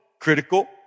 critical